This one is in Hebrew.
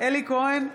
אלי כהן,